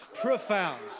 Profound